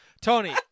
Tony